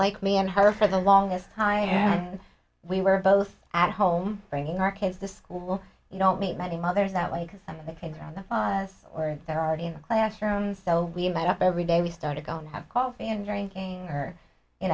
like me and her for the longest time and we were both at home bringing our case the school you don't meet many mothers that way because it takes on that or is there already in the classroom so we met up every day we started going to have coffee and drinking or you